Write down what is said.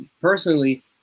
personally